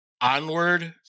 onward